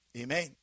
Amen